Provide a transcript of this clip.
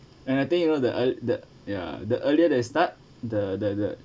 and I think you know the e~ the ya the earlier they start the the the